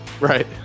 Right